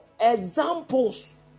examples